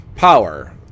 Power